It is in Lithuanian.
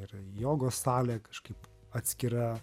ir jogos salė kažkaip atskira